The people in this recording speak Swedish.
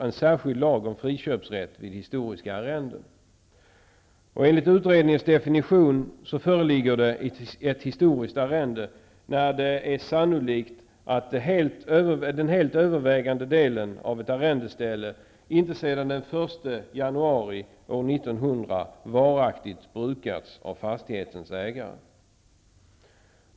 Enligt utredningens definition föreligger ett historiskt arrende när det är sannolikt att den helt övervägande delen av ett arrendeställe inte sedan den 1 januari år 1900 varaktigt brukats av fastighetens ägare.